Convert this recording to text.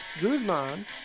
Guzman